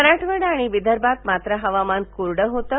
मराठवाडा आणि विदर्भात मात्र हवामान कोरडं होतं